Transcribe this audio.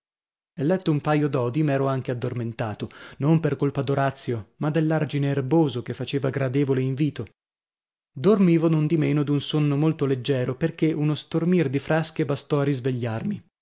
letto un paio d'odi m'ero anche addormentato non per colpa d'orazio ma dell'argine erboso che faceva gradevole invito dormivo nondimeno d'un sonno molto leggero perchè uno stormir di frasche bastò a risvegliarmi